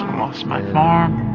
i lost my farm.